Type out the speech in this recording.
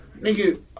nigga